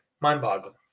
mind-boggling